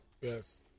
Yes